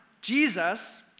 Jesus